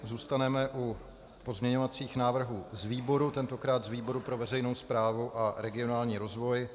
Zůstaneme u pozměňovacích návrhů z výborů, tentokrát z výboru pro veřejnou správu a regionální rozvoj.